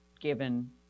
given